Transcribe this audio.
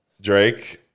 Drake